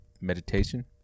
meditation